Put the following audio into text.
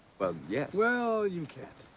well, yes. well, you can't.